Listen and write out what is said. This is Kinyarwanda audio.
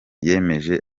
yemeje